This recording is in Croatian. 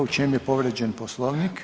U čem je povrijeđen Poslovnik?